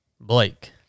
Blake